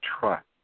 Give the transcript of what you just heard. trust